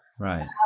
right